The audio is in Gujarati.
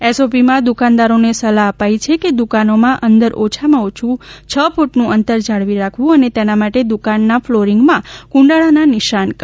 એસઓપીમાં દુકાનદારોને સલાહ આપવામાં આવી છે કે દુકાનોમાં અંદર ઓછામાં ઓછું છ ફૂટનું અંતર જાળવી રાખવું અને તેના માટે દુકાનના ફ્લોરિંગમાં કુંડાળાના નિશાન કરવા